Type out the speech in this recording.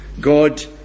God